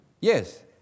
Yes